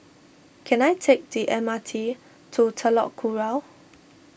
can I take the M R T to Telok Kurau